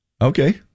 Okay